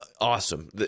Awesome